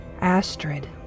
astrid